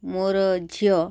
ମୋର ଝିଅ